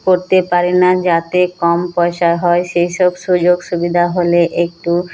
করতে পারি না যাতে কম পয়সা হয় সেই সব সুযোগ সুবিধা হলে একটু